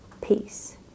peace